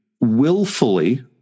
willfully